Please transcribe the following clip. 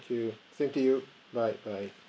you thank you bye bye